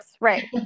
right